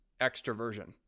extroversion